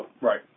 Right